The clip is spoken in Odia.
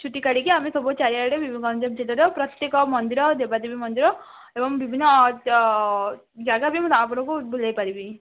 ଛୁଟି କରିକି ଆମେ ସବୁ ଚାରିଆଡ଼େ ପ୍ରତ୍ୟେକ ମନ୍ଦିର ଦେବାଦେବୀ ମନ୍ଦିର ଏବଂ ବିଭିନ୍ନ ଜାଗା ବି ମୁଁ ଆପଣଙ୍କୁ ବୁଲେଇପାରିବି